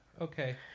Okay